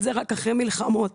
רק אחרי מלחמות,